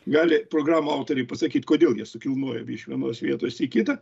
gali programų autoriai pasakyt kodėl jie sukilnojo iš vienos vietos į kitą